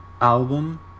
album